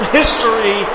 history